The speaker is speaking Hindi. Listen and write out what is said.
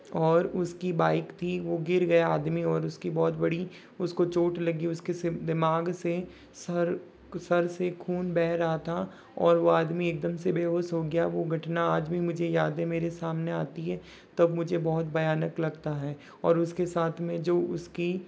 और उसकी बाइक थी वो गिर गया आदमी और उसकी बहुत बड़ी उसको चोट लगी उसके दिमाग से सर सर से खून बह रहा था और वो आदमी एकदम से बेहोश हो गया वो घटना आज भी मुझे याद है मेरे सामने आती है तब मुझे बहुत भयानक लगता है और उसके साथ में जो उसकी